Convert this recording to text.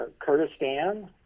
Kurdistan